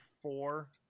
four